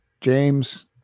James